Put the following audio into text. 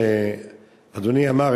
אדוני אמר,